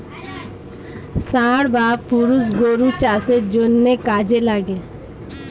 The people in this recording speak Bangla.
ষাঁড় বা পুরুষ গরু চাষের জন্যে কাজে লাগে